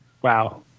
Wow